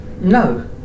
No